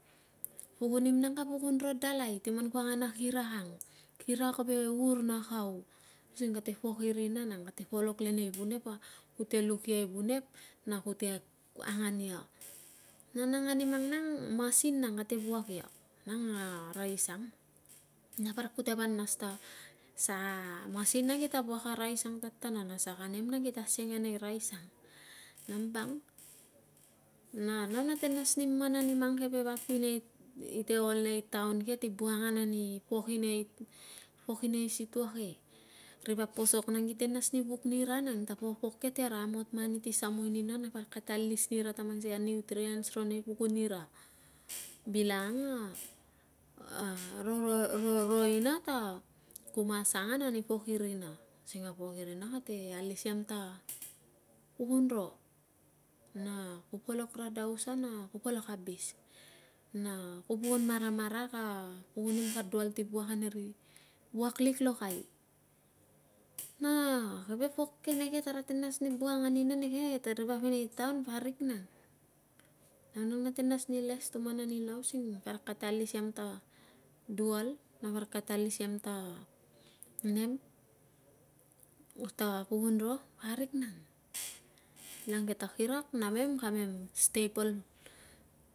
Puknim nang kale kun ro dalai ti man ku angan a kirak ang kirak ve ur na kau using kate pok i rina nag kate polok le nei vunep nei kate luk ia e vunep na kate angan ia na nang a remang nang masin nang kate vuak ia nang a rais ang na parik kate pa nas ta so a masin nag kita vuak a rais ang ta tana na saka nem kila asiang la nei rais ang nambang na nau nate nas ni men ani man keve vap ile ol nei taon ke kite buk angan ani ire situa ke rivap posok nang kite nas ni vuk nina nang ta pok ke ti kara amot mani ti samui nina na parik kate alis nina ta mang sia nutriens ro nei pukun ira bilang na a rongrong ina ta kumas angan nipok i rina sing a pok radave an na kate alis lam ta pukun ro na ku polok radaus an na ku polok abis na ku pukun maramarak na pukunim ka dual ti vuak anirl vuak lik lokei na keve pok ke neke kara te nas ni louk angan nina neke tari vapinel taon parik nang nau nang nate nas ni les tuman anina sing parik kate alisiam te dual na parik kate lisiam ta rem ta pukum ro parik nang nangke ia kirak namen nang kamen staipal.